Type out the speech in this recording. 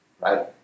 right